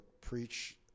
preach